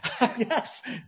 Yes